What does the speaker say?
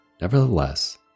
Nevertheless